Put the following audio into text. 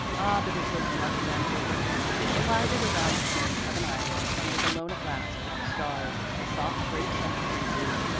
ah, but it was lovely on the river! she glided around the point of an island and was alone at last, with the stars, the soft, grape-scented breezes,